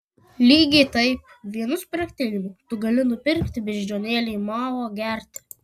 lygiai taip vos vienu spragtelėjimu tu gali nupirkti beždžionėlei mao gerti